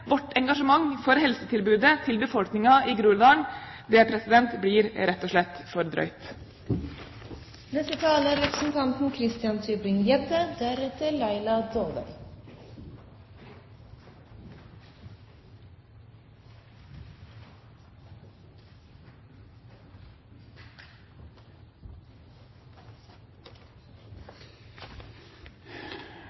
vårt engasjement for helsetilbudet til befolkningen i Groruddalen blir rett og slett for drøyt.